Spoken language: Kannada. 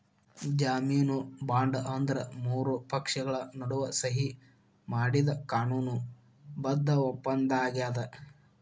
ಜಾಮೇನು ಬಾಂಡ್ ಅಂದ್ರ ಮೂರು ಪಕ್ಷಗಳ ನಡುವ ಸಹಿ ಮಾಡಿದ ಕಾನೂನು ಬದ್ಧ ಒಪ್ಪಂದಾಗ್ಯದ